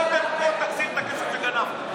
קודם כול תחזיר את הכסף שגנבת,